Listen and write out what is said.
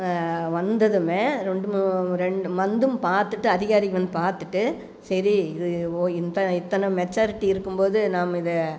வந்ததும் ரெண்டு மூ ரெண்டு மந்தும் பார்த்துட்டு அதிகாரிங்கள் வந்து பார்த்துட்டு சரி இது இத்தனை இத்தனை மெச்சாரிட்டி இருக்கும்போது நாம் இதை